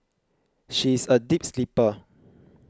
she is a deep sleeper